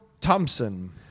Thompson